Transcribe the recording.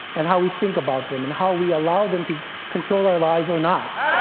and how we think about them, and how we allow them to control our lives or not.